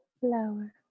Flower